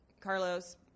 Carlos